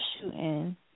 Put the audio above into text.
shooting